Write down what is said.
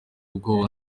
ubwoba